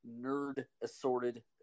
nerd-assorted